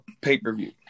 pay-per-view